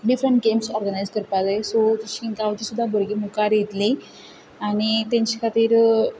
different games organise करपाक जाय so सुद्दां भुरगी मुखार येतलीं आनी तांचे खातीर